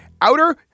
outer